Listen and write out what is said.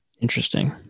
Interesting